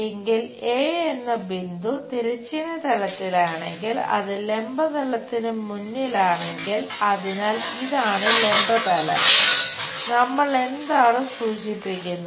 എങ്കിൽ എ എന്ന് വിളിക്കുന്നത്